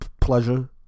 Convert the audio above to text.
pleasure